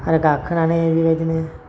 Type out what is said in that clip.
आरो गाखोनानै बिबायदिनो